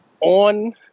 on